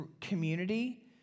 community